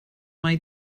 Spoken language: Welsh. mai